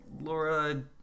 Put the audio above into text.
Laura